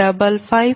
01755 p